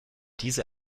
diese